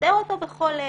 לפטר אותו בכל עת,